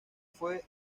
fue